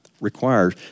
requires